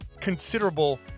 considerable